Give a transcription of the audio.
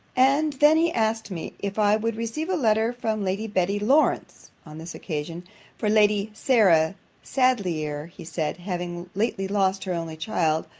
and then he asked me, if i would receive a letter from lady betty lawrance, on this occasion for lady sarah sadleir, he said, having lately lost her only child,